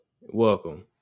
welcome